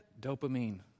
dopamine